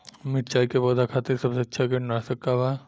मिरचाई के पौधा खातिर सबसे अच्छा कीटनाशक का बा?